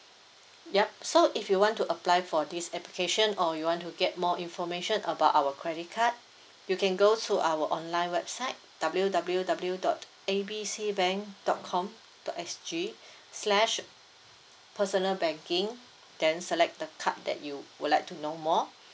yup so if you want to apply for this application or you want to get more information about our credit card you can go to our online website W W W dot A B C bank dot com dot S G slash personal banking then select the card that you would like to know more